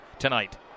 tonight